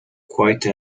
quite